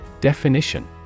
Definition